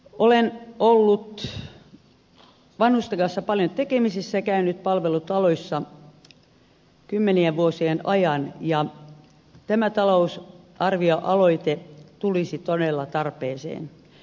olen ollut vanhusten kanssa paljon tekemisissä ja käynyt palvelutaloissa kymmenien vuosien ajan ja tämä talousarvioaloite tulisi todella tarpeeseen